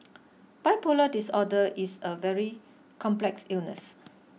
bipolar disorder is a very complex illness